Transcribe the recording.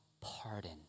pardon